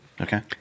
Okay